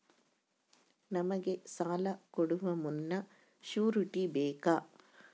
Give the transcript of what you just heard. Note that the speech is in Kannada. ನಮಗೆ ಸಾಲ ಕೊಡುವ ಮುನ್ನ ಶ್ಯೂರುಟಿ ಬೇಕಾ?